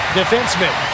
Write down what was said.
defenseman